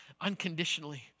unconditionally